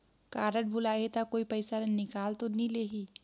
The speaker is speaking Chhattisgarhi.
कारड भुलाही ता कोई पईसा ला निकाल तो नि लेही?